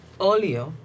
earlier